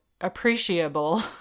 appreciable